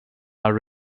are